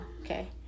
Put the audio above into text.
Okay